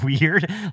weird